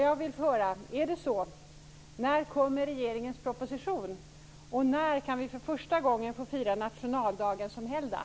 Jag vill höra: Är det så? När kommer regeringens proposition? Och när kan vi för första gången få fira nationaldagen som helgdag?